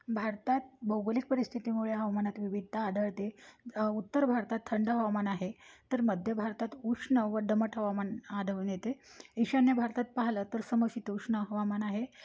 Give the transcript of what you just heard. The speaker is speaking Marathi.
भारतात भौगोलिक परिस्थितीमुळे हवामानात विविधता आढळते उत्तर भारतात थंड हवामान आहे तर मध्य भारतात उष्ण व दमट हवामान आढधळून येते ईशान्य भारतात पाहिलं तर समोसित उष्ण हवामान आहे